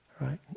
right